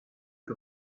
que